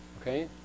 Okay